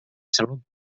salut